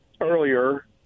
earlier